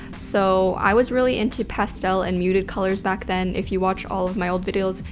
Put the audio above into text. so i was really into pastel and muted colors back then. if you watch all of my old videos,